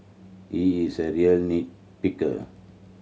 he is a real nit picker